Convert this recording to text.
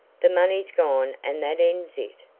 the money's gone and that ends it.